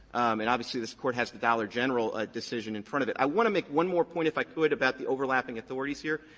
and obviously, this court has the dollar general ah decision in front of it. i want to make one more point, if i could, about the overlapping authorities here,